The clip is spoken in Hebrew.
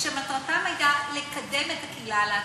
שמטרתם הייתה לקדם את הקהילה הלהט"בית,